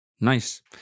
nice